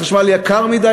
החשמל יקר מדי,